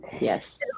Yes